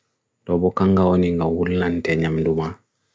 Ko jowii hite wawde oven so bartan mo to waawdi?